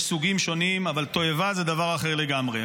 יש סוגים שונים, אבל תועבה זה דבר אחר לגמרי.